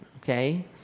okay